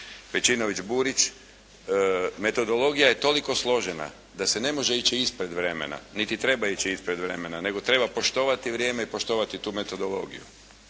Pejčinović Burić. Metodologija je toliko složena, da se ne može ići ispred vremena, niti treba ići ispred vremena, nego treba poštovati vrijeme i poštovati tu metodologiju.